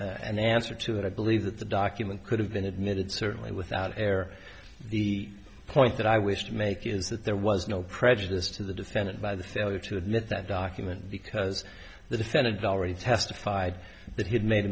an answer to that i believe that the document could have been admitted certainly without air the point that i wish to make is that there was no prejudice to the defendant by the failure to admit that document because the defendant already testified that he had made a